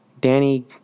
Danny